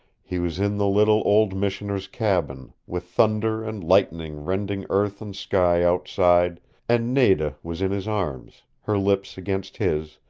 he was in the little old missioner's cabin, with thunder and lightning rending earth and sky outside and nada was in his arms, her lips against his,